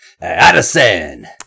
Addison